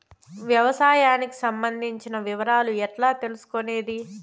వ్యవసాయానికి సంబంధించిన వివరాలు ఎట్లా తెలుసుకొనేది?